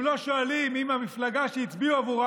הם לא שואלים אם המפלגה שהצביעו עבורה